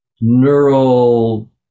neural